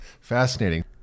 fascinating